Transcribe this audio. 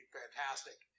fantastic